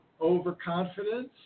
overconfidence